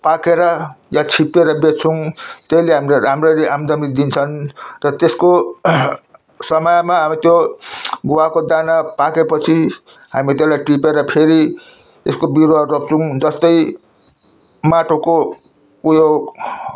पाकेर वा छिप्प्याएर बेच्छौँ त्यसले हामीलाई राम्ररी आमदामी दिन्छ तर त्यसको समयमा अब त्यो गुवाको दाना पाके पछि हामी त्यसलाई टिपेर फेरि त्यसको बिरुवा रोप्छौँ जस्तै माटोको उयो